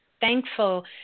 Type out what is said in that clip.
Thankful